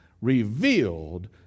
revealed